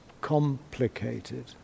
complicated